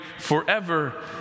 forever